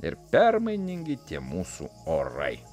ir permainingi tie mūsų orai